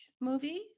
movie